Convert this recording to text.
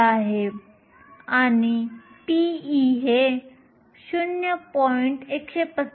12 आहे आणि p हे 0